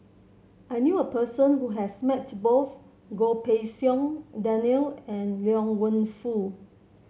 I knew a person who has met both Goh Pei Siong Daniel and Liang Wenfu